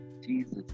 Jesus